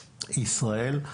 ישראל.